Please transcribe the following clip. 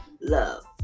love